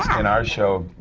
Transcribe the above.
in our show,